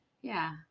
yeah-